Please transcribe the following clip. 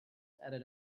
added